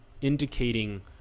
indicating